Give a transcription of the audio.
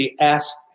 asked